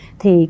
thì